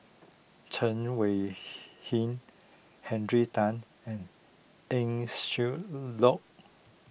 Chen Wen Hsi Henry Tan and Eng Siak Loy